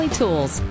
tools